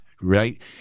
right